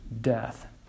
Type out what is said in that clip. death